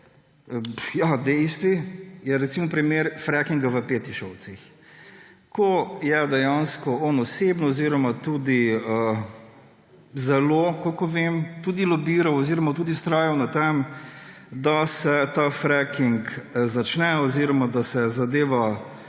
Ja, dejstvo je, recimo, primer frackinga v Petišovcih, ko je dejansko on osebno oziroma tudi zelo, kolikor vem, tudi lobiral oziroma tudi vztrajal na tem, da se ta fracking začne oziroma da se zadeva,